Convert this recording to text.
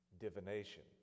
divination